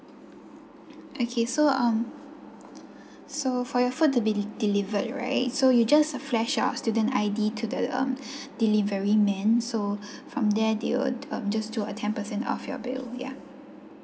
okay so um so for your food to be delivered right so you just flash your student I_D to the um delivery man so from there they would um just do a ten percent off your bill ya